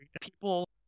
People